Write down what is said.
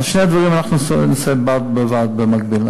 את שני הדברים אנחנו נעשה בד בבד, במקביל.